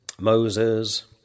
Moses